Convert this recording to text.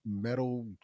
metal